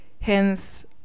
hence